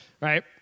right